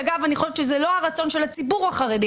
אגב אני חושבת שזה לא הרצון של הציבור החרדי.